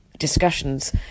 Discussions